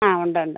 ആ ഉണ്ട് ഉണ്ട്